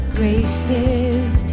graces